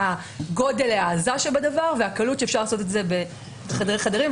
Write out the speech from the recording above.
גודל ההעזה של הדבר והקלות שבה אפשר לעשות את זה בחדרי חדרים.